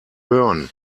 burn